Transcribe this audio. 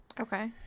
Okay